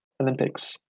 Olympics